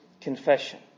confession